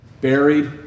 Buried